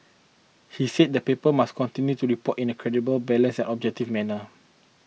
he said the paper must continue to report in a credible balanced and objective manner